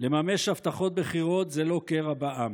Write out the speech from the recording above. לממש הבטחות בחירות זה לא קרע בעם,